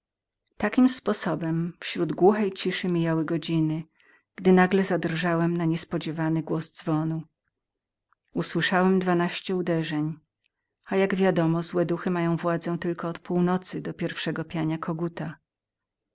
takim sposobem mijały godziny gdy nagle zadrżałem na niespodziewany głos dzwonu usłyszałem dwanaście uderzeń a jak wiadomo złe duchy mają tylko władzę od północy do pierwszego piania koguta